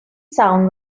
sound